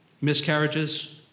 miscarriages